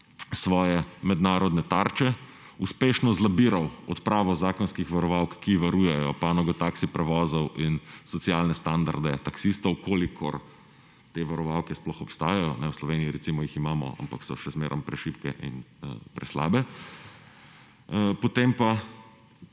svoje mednarodne tarče uspešno zlobiral odpravo zakonskih varovalk, ki varujejo panogo taksi prevozov in socialne standarde taksistov kolikor te varovalke sploh obstajajo, v Sloveniji recimo jih imamo, ampak so še zmeraj prešibke in preslabe. Potem pa